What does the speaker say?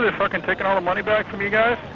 ah fucking taking all the money back from you guys?